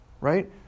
Right